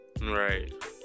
right